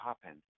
happen